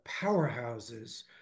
powerhouses